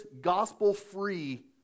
gospel-free